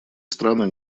страны